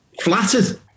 Flattered